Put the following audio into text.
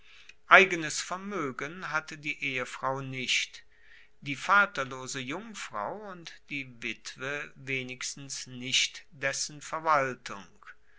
eigenes vermoegen hatte die ehefrau nicht die vaterlose jungfrau und die witwe wenigstens nicht dessen verwaltung